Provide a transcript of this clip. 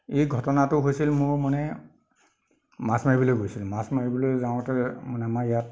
এই ঘটনাটো হৈছিল মোৰ মানে মাছ মাৰিবলৈ গৈছিলোঁ মাছ মাৰিবলৈ যাওঁতে মানে আমাৰ ইয়াত